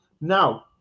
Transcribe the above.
Now